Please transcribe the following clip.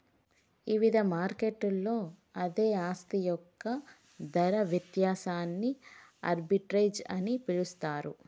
ఇవిధ మార్కెట్లలో అదే ఆస్తి యొక్క ధర వ్యత్యాసాన్ని ఆర్బిట్రేజ్ అని పిలుస్తరు